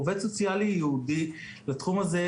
עובד סוציאלי ייעודי לתחום הזה,